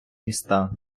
міста